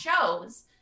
shows